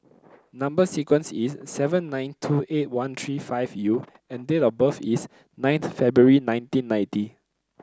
number sequence is S seven nine two eight one three five U and date of birth is ninth February nineteen ninety